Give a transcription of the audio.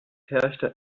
herrschte